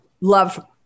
love